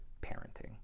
parenting